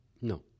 No